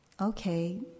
okay